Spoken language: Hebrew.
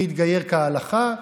מי התגייר כהלכה,